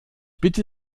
bitte